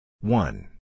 One